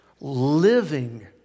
living